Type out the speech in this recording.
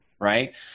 Right